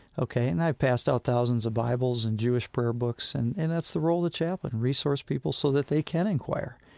ok? and i passed out thousands of bibles and jewish prayer books, and and that's the role of the chaplain resource people so that they can inquire.